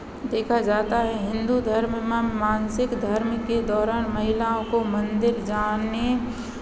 देखा जाता है हिन्दू धर्म मासिक धर्म के दौरान महिलाओं को मन्दिर जाने